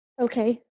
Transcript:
Okay